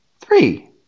Three